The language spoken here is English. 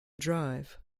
drive